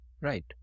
Right